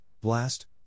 blast